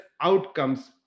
outcomes